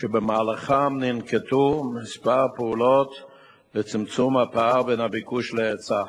חירום כדי לפתור בעיה קשה זו.